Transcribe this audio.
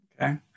Okay